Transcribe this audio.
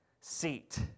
seat